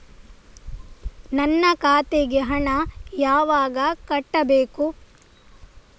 ನನ್ನ ಖಾತೆಗೆ ಹಣ ಯಾವಾಗ ಕಟ್ಟಬೇಕು?